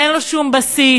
אין לו שום בסיס,